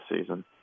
season